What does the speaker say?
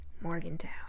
Morgantown